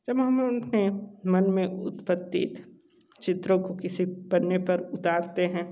जब हम अपने मन में उत्पत्तित चित्रों को किसी पन्ने पर उतारते हैं